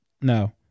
No